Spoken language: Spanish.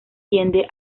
tiende